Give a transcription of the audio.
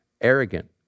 arrogant